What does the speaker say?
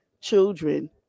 children